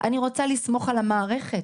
אני רוצה לסמוך על המערכת